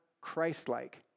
Christ-like